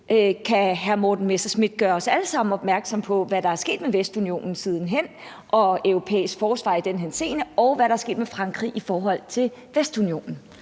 Kan hr. Morten Messerschmidt gøre os alle sammen opmærksomme på, hvad der er sket med Vestunionen siden hen og europæisk forsvar i den henseende, og hvad der er sket med Frankrig i forhold til Vestunionen?